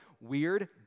weird